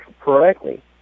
correctly